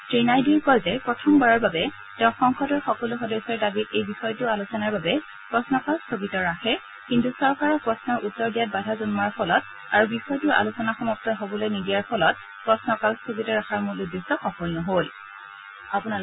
শ্ৰী নাইডুৱে কয় যে প্ৰথমবাৰৰ বাবে তেওঁ সংসদৰ সকলো সদস্যৰ দাবীত এই বিষয়টো আলোচনাৰ বাবে প্ৰশ্নকাল স্থগিত ৰাখে কিন্তু চৰকাৰক প্ৰশ্নৰ উত্তৰ দিয়াত বাধা জন্মোৱাৰ ফলত আৰু বিষয়টোৰ আলোচনা সমাপ্ত হবলৈ নিদিয়াৰ ফলত প্ৰশ্নকাল স্থগিত ৰখাৰ মূল উদ্দেশ্য সফল নহ'ল